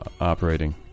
Operating